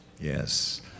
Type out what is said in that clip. yes